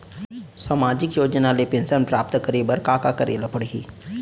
सामाजिक योजना ले पेंशन प्राप्त करे बर का का करे ल पड़ही?